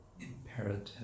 imperative